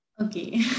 okay